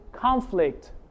conflict